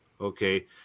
okay